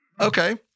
Okay